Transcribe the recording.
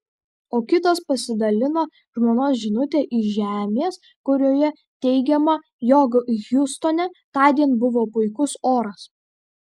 o kitas pasidalino žmonos žinute iš žemės kurioje teigiama jog hjustone tądien buvo puikus oras